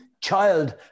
child